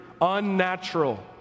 unnatural